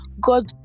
God